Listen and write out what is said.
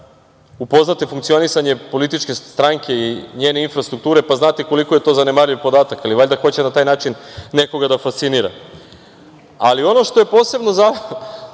upoznate funkcionisanje političke stranke i njene infrastrukture, pa znate koliko je to zanemarljiv podatak, ali valjda hoće na taj način nekoga da fascinira. Ali, ono što je posebno